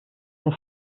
der